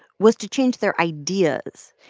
was to change their ideas.